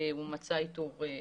הוא מצא איתור אחר.